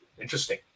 interesting